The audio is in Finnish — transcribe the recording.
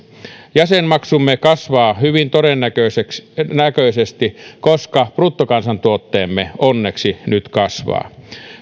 jäsenmaksumme kasvaa hyvin todennäköisesti todennäköisesti koska bruttokansantuotteemme onneksi nyt kasvaa